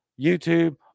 YouTube